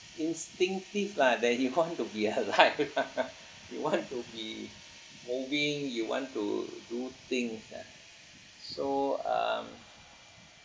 instinctive lah that you want to be alive you want to be moving you want to do things ah so um